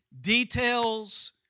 Details